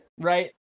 right